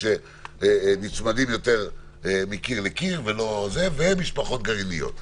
שנצמדים יותר מקיר לקיר ומשפחות גרעיניות.